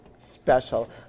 special